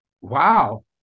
Wow